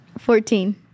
Fourteen